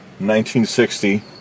1960